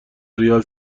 ریال